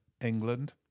England